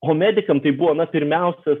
o medikam tai buvo na pirmiausia